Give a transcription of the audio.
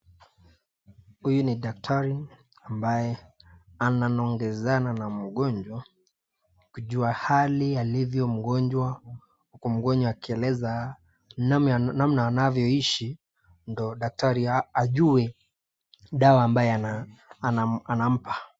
Huyu ni daktari ambaye ananongezana na mgonjwa kujua hali alivyo mgonjwa haku mgonjwa akieleza namna anavyo hisi ndio daktari ajue dawa ambayo anampa.